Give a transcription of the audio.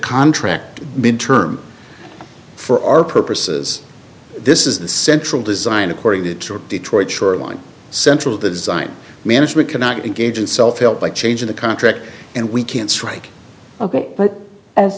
contract been term for our purposes this is the central design according to detroit shoreline central design management cannot engage in self help by changing the contract and we can't strike